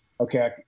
okay